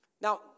Now